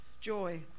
joy